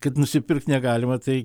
kad nusipirkt negalima tai